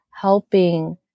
helping